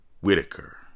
whitaker